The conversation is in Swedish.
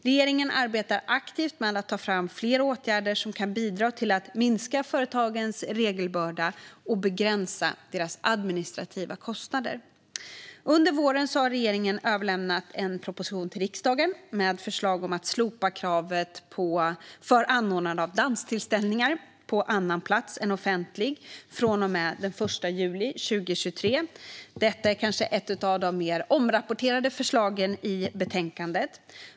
Regeringen arbetar aktivt med att ta fram fler åtgärder som kan bidra till att minska företagens regelbörda och begränsa deras administrativa kostnader. Under våren har regeringen överlämnat en proposition till riksdagen med förslag om att slopa kravet på tillstånd för anordnande av danstillställningar på annan plats än offentlig från och med den 1 juli 2023. Detta är kanske ett av de mer omtalade förslagen i betänkandet.